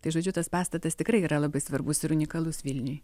tai žodžiu tas pastatas tikrai yra labai svarbus ir unikalus vilniuje